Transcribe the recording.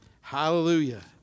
Hallelujah